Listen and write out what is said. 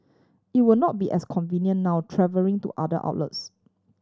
it will not be as convenient now travelling to other outlets